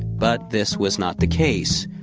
but this was not the case.